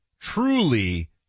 truly